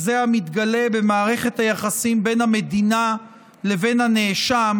זה המתגלה במערכת היחסים בין המדינה לבין הנאשם,